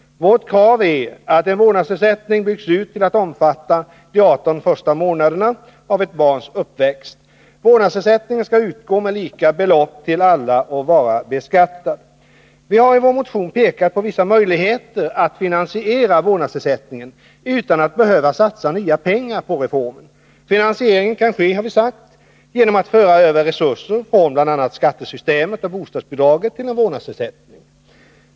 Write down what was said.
Vårt krav är att en vårdnadsersättning byggs ut till att omfatta de arton första månaderna av ett barns uppväxt. Vårdnadsersättningen skall utgå med lika belopp till alla och vara beskattad. Vi har i vår motion pekat på vissa möjligheter att finansiera vårdnadsersättningen utan att behöva satsa nya pengar på reformen. Finansieringen kan ske genom att man för över resurser från bl.a. skattesystemen och bostadsbidraget till en vårdnadsersättning.